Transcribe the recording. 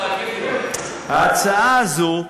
ההצעה הזאת,